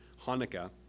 Hanukkah